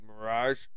Mirage